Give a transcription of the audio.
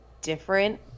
different